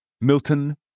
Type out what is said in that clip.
Milton